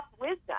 wisdom